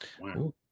Wow